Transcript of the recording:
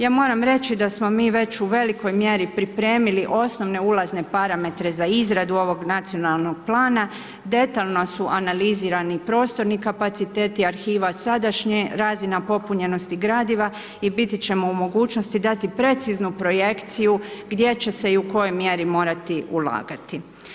Ja moram reći da smo mi već u velikoj mjeri pripremili osnovne ulazne parametre za izradu ovog nacionalnog plana, detaljno su analizirani prostorni kapaciteti arhiva sadašnjih razina popunjenosti gradiva i biti ćemo u mogućnosti dati preciznu projekciju gdje će se i u kojoj mjeri morati ulagati.